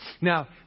Now